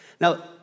Now